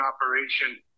operation